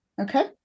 Okay